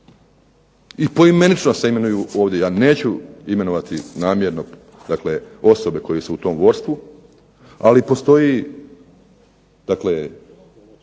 I poimenično se imenuju ovdje. Ja neću namjerno imenovati osobe koje su u tom vodstvu. Ali postoji prijava